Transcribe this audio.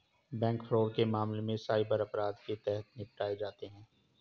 bank fraud के मामले cyber अपराध के तहत निपटाए जाते हैं